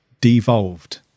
devolved